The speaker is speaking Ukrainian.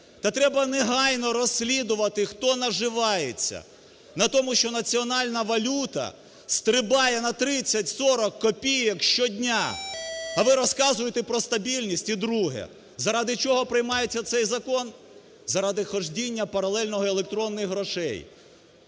Та треба негайно розслідувати, хто наживається на тому, що національна валюта стрибає на 30-40 копійок щодня. А ви розказуєте про стабільність. І друге. Заради чого приймається цей закон? Заради ходіння паралельно і електронних грошей.